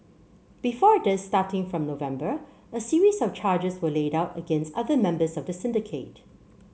before this starting from November a series of charges were laid out against other members of the syndicate